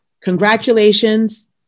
Congratulations